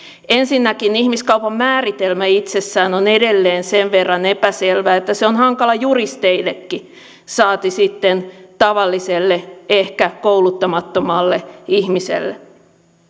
ensinnäkin ihmiskaupan määritelmä itsessään on edelleen sen verran epäselvä että se on hankala juristeillekin saati sitten tavalliselle ehkä kouluttamattomalle ihmiselle